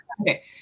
Okay